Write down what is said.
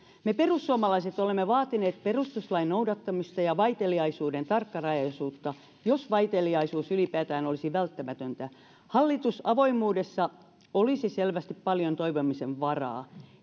me perussuomalaiset olemme vaatineet perustuslain noudattamista ja ja vaiteliaisuuden tarkkarajaisuutta jos vaiteliaisuus ylipäätään olisi välttämätöntä hallituksen avoimuudessa olisi selvästi paljon toivomisen varaa